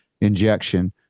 injection